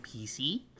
PC